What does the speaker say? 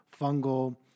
fungal